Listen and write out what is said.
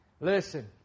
Listen